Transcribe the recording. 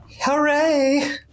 Hooray